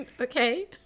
Okay